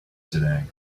today